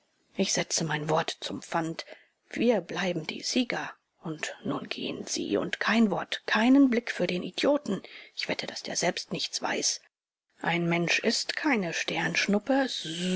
ich setze mein wort zum pfand wir bleiben die sieger und nun gehen sie und kein wort keinen blick für den idioten ich wette daß der selbst nichts weiß ein mensch ist keine sternschnuppe